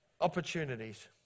opportunities